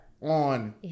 on